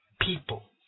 people